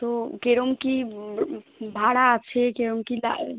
তো কিরম কী ভাড়া আছে কিরম কী দা